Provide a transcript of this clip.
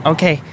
Okay